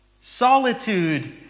solitude